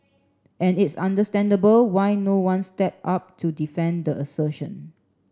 and it's understandable why no one step up to defend the assertion